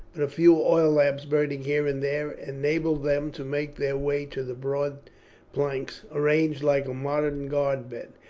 but a few oil lamps burning here and there enabled them to make their way to the broad planks, arranged like a modern guard bed,